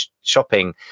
shopping